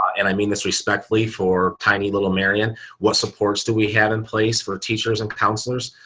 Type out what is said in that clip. and i mean this respectfully for tiny little marion what supports, do we have in place for teachers and counselors,